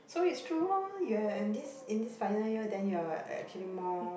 so it's true lor you're in this in this final year then you're actually more